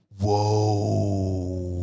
Whoa